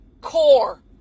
core